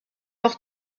auch